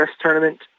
tournament